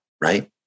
right